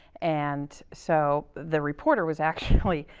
and so, the reporter was actually,